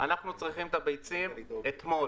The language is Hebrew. אנחנו צריכים את הביצים אתמול